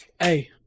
Hey